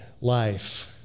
life